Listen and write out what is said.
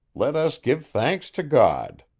let us give thanks to god.